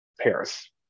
Paris